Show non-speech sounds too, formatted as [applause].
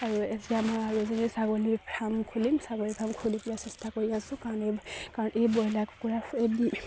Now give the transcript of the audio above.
আৰু এতিয়া মই আৰু [unintelligible] ছাগলীৰ ফাৰ্ম খুলিম ছাগলীৰ ফাৰ্ম খুলিবলৈ চেষ্টা কৰি আছোঁ কাৰণ এই কাৰণ এই ব্ৰইলাৰ কুকুৰা এই দি